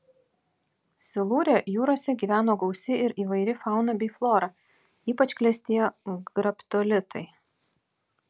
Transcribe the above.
silūre jūrose gyveno gausi ir įvairi fauna bei flora ypač klestėjo graptolitai